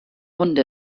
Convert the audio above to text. hunde